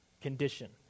condition